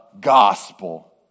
gospel